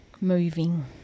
moving